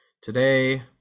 today